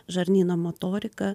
žarnyno motoriką